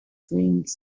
dreams